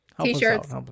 t-shirts